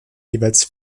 jeweils